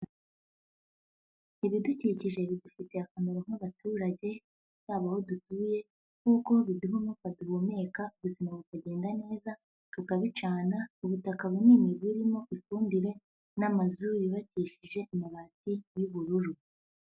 Ibidukikije bidufitiye akamaro nk'abaturage, haba aho dutuye nk'uko biduha umwuka duhumeka, ubuzima bukagenda neza, tukabicana, ubutaka bunini burimo ifumbire n'amazu yubakishije amabati y'ubururu.